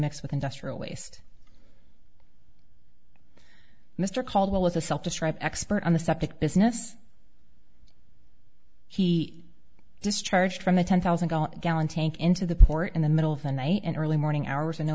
mixed with industrial waste mr caldwell is the expert on the septic business he discharged from the ten thousand gallon tank into the port in the middle of the night and early morning hours and no